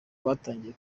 batangiye